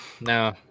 No